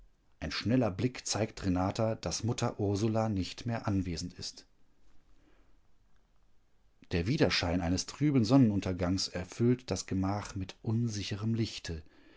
ein schneller blick zeigt renata daß mutter ursula nicht mehr anwesend ist der widerschein eines trüben sonnenunterganges erfüllt das gemach mit unsicherem lichte